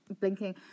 blinking